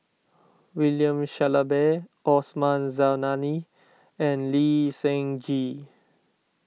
William Shellabear Osman Zailani and Lee Seng Gee